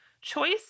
choice